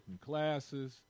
classes